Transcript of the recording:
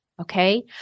okay